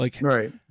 Right